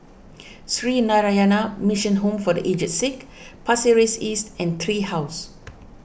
Sree Narayana Mission Home for the Aged Sick Pasir Ris East and Tree House